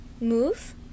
Move